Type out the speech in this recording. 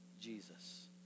Jesus